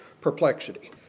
perplexity